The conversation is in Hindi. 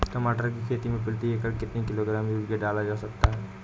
टमाटर की खेती में प्रति एकड़ कितनी किलो ग्राम यूरिया डाला जा सकता है?